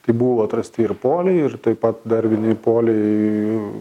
tai buvo atrasti ir poliai ir taip pat dar vieni ir poliai